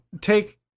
take